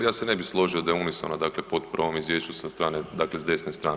Ja se ne bi složio da je unisona dakle potpora ovom izvješću sa strane dakle s desne strane.